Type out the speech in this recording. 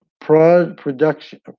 production